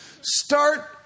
start